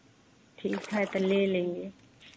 ठीक है तो ले लेंगे